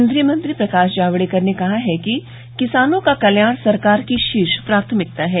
केन्द्रीय मंत्री प्रकाश जावडेकर ने कहा है कि किसानों का कल्याण सरकार की शीर्ष प्राथमिकता है